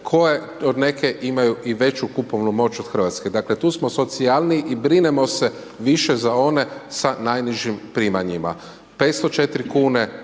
koje neke imaju i veću kupovnu moć od Hrvatske. Dakle, tu smo socijalniji i brinemo se više za one sa najnižim primanjima. 504 kn